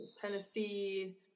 Tennessee